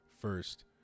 First